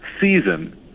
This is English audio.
season